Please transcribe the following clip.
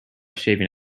shaving